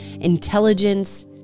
intelligence